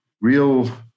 real